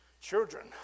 Children